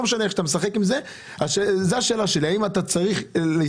לא משנה איך אתה משחק עם זה.